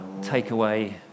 takeaway